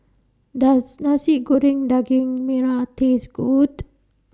Does Nasi Goreng Daging Merah Taste Good